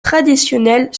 traditionnelle